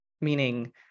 Meaning